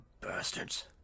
bastards